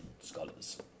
scholars